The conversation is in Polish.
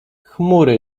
chmury